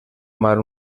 mar